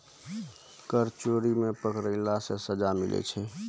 कर चोरी मे पकड़ैला से सजा मिलै छै